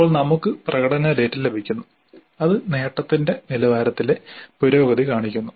അപ്പോൾ നമുക്ക് പ്രകടന ഡാറ്റ ലഭിക്കുന്നു അത് നേട്ടത്തിന്റെ നിലവാരത്തിലെ പുരോഗതി കാണിക്കുന്നു